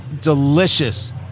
delicious